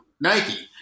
Nike